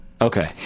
Okay